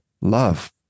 love